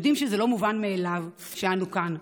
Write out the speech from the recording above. ויודעים שזה לא מובן מאליו שאנו כאן,